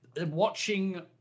watching